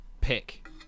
pick